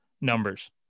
numbers